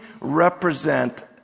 represent